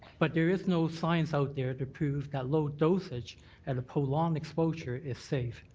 but there is no science out there to prove that low dosage at a prolonged exposure is safe.